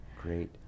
Great